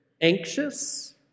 anxious